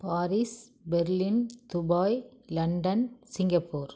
Paris Berlin Dubai London Singapore